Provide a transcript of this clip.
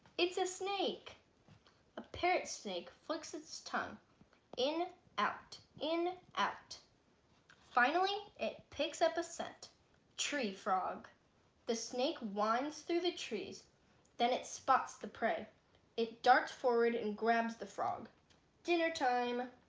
it's a snake a parrot snake flicks its tongue in out in out finally it picks up a scent tree frog the snake winds through the trees then it spots the prey it darts forward and grabs the frog dinner time